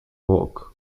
woke